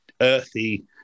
earthy